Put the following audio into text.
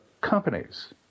companies